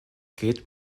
geht